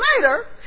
later